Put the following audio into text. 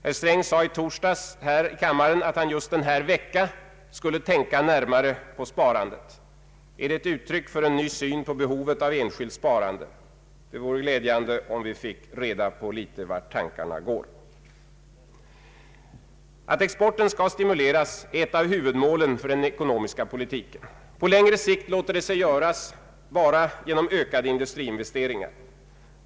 Herr Sträng sade i torsdags här i kammaren att han just denna vecka skulle tänka närmare på sparandet. Är det ett uttryck för en ny syn på behovet av enskilt sparande? Det vore glädjande om vi fick reda på litet om vart tankarna går. Att exporten skall stimuleras är ett av huvudmålen för den ekonomiska politiken. På längre sikt låter det sig göras bara genom ökade industriinvesteringar.